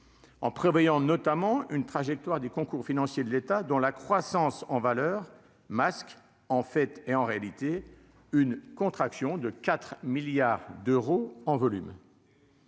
en prévoyant notamment une trajectoire des concours financiers de l'État, dont la croissance en valeur masque en fait et en réalité une contraction de 4 milliards d'euros en volume.